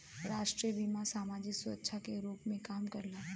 राष्ट्रीय बीमा समाजिक सुरक्षा के रूप में काम करला